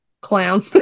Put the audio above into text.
clown